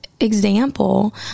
example